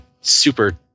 super